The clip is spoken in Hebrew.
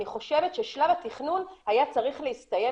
אני חושבת ששלב התכנון היה צריך להסתיים